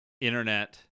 internet